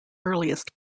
earliest